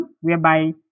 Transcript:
whereby